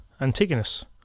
Antigonus